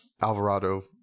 Alvarado